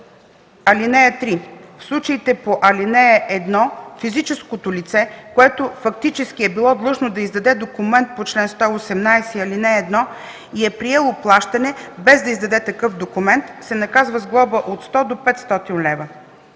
ал. 1. (3) В случаите по ал. 1 физическото лице, което фактически е било длъжно да издаде документ по чл. 118, ал. 1 и е приело плащане, без да издаде такъв документ, се наказва с глоба от 100 до 500 лв.